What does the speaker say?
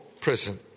prison